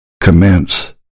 Commence